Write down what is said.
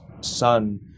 son